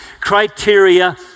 criteria